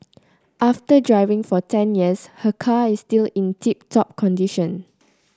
after driving for ten years her car is still in tip top condition